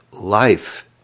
life